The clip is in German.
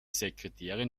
sekretärin